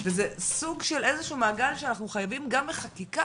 וזה סוג של איזשהו מעגל שאנחנו חייבים גם בחקיקה,